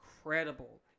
incredible